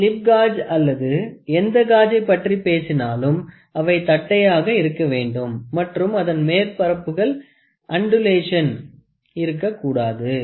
slip gauge அல்லது எந்த காஜை பற்றிப் பேசினாலும் அவை தட்டையாக இருக்க வேண்டும் மற்றும் அதன் மேற்பரப்புகள் அண்டுலேஷன் இருக்கக் கூடாது